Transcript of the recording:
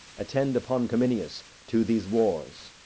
attend upon cominius to these wars.